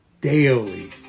daily